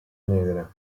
negra